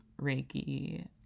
Reiki